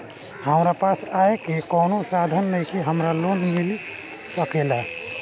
हमरा पास आय के कवनो साधन नईखे हमरा लोन मिल सकेला?